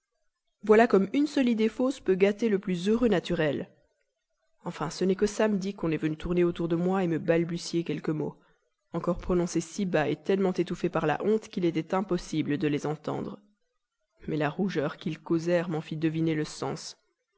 voilà comme une seule idée fausse peut gâter le plus heureux naturel enfin ce n'est que samedi qu'on est venu tourner autour de moi me balbutier quelques mots encore prononcés si bas tellement étouffés par la honte qu'il était impossible de les entendre mais la rougeur qu'ils causèrent m'en fit deviner le sens